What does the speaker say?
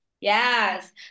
Yes